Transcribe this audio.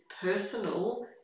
personal